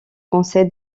conseil